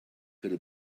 could